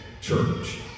Church